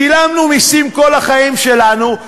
שילמנו מסים כל החיים שלנו.